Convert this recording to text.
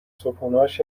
صبحونههاش